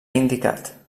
indicat